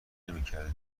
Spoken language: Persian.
نمیکرده